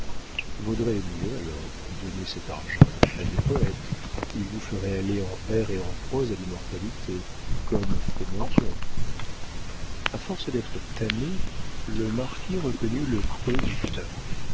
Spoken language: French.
vaudrait mieux alors donner cet argent à des poëtes ils vous feraient aller en vers ou en prose à l'immortalité comme feu monthyon a force d'être taonné le marquis reconnut le creux du